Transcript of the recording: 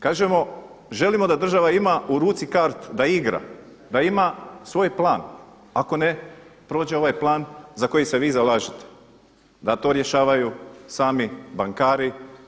Kažemo, želimo da država ima u ruci kart da igra, da ima svoj plan, ako ne prođe ovaj plan za koji se vi zalažete, da to rješavaju sami bankari.